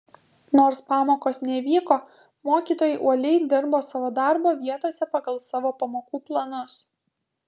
nors pamokos nevyko mokytojai uoliai dirbo savo darbo vietose pagal savo pamokų planus